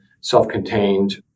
self-contained